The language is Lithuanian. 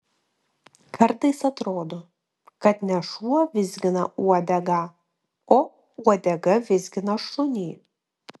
kartais atrodo kad ne šuo vizgina uodegą o uodega vizgina šunį